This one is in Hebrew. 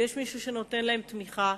ויש מישהו שנותן להם תמיכה.